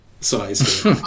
size